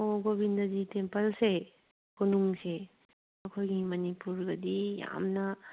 ꯑꯣ ꯒꯣꯕꯤꯟꯗꯖꯤ ꯇꯦꯝꯄꯜꯁꯦ ꯀꯣꯅꯨꯡꯁꯦ ꯑꯩꯈꯣꯏꯒꯤ ꯃꯅꯤꯄꯨꯔꯒꯗꯤ ꯌꯥꯝꯅ